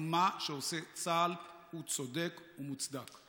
ומה שעושה צה"ל הוא צודק ומוצדק.